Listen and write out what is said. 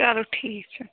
چلو ٹھیٖک چھُ